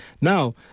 Now